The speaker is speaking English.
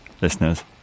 listeners